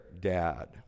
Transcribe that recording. dad